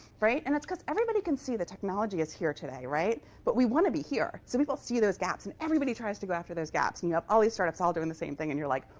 right? and that's because everybody can see that technology is here today, right? but we want to be here. so people see those gaps, and everybody tries to go after those gaps. and you have all these startups all doing the same thing, and you're like,